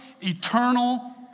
eternal